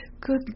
Good